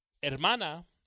hermana